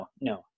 no